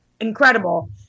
incredible